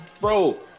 Bro